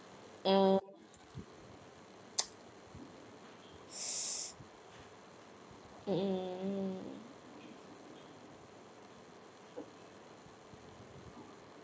mm mm